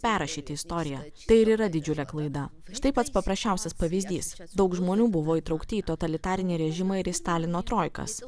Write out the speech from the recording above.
perrašyti istoriją tai ir yra didžiulė klaida štai pats paprasčiausias pavyzdys kad daug žmonių buvo įtraukti į totalitarinį režimą ir į stalino troikas